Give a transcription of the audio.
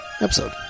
episode